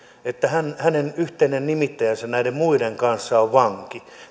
että hänen yhteinen nimittäjänsä näiden muiden kanssa on vanki